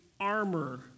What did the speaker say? armor